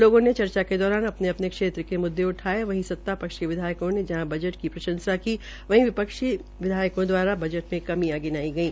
लोगों ने चर्चा के दौरान अपने अपने क्षेत्र के मुद्दे उठाये वहीं सता पक्ष के विधायकों ने जहां जट की प्रंशसा की वहीं विपक्षी विधायकों द्वारा जट की कमियां गिनाई गई